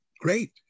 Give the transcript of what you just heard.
great